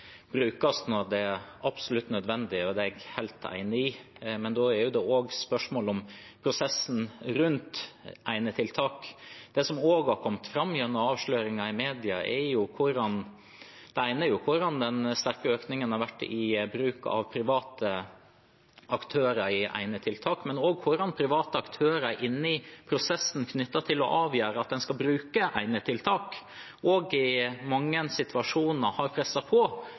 brukes når det er absolutt nødvendig, og det er jeg helt enig i, men da er det også spørsmål om prosessen rundt enetiltak. Det som også har kommet fram gjennom avsløringer i media, er ikke bare den sterke økningen i bruk av private aktører i enetiltak, men også hvordan private aktører er inne i prosessen knyttet til å avgjøre om en skal bruke enetiltak – og også i mange situasjoner har presset på